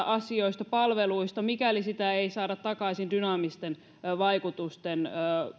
asioista palveluista mikäli sitä ei saada takaisin dynaamisten vaikutusten